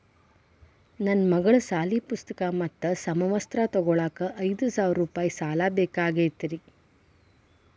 ನನ್ನ ಮಗಳ ಸಾಲಿ ಪುಸ್ತಕ್ ಮತ್ತ ಸಮವಸ್ತ್ರ ತೊಗೋಳಾಕ್ ಐದು ಸಾವಿರ ರೂಪಾಯಿ ಸಾಲ ಬೇಕಾಗೈತ್ರಿ